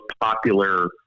popular